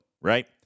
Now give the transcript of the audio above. right